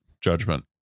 judgment